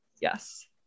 Yes